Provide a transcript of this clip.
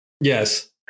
Yes